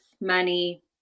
money